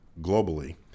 globally